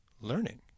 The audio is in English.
learning